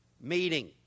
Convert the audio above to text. meeting